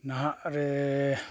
ᱱᱟᱦᱟᱜ ᱨᱮ